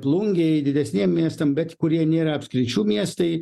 plungei didesniem miestam bet kurie nėra apskričių miestai